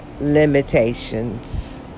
limitations